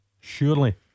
surely